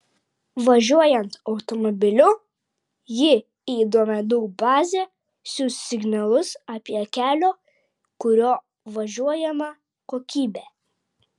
važiuojant automobiliu ji į duomenų bazę siųs signalus apie kelio kuriuo važiuojama kokybę